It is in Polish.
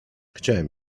chciałem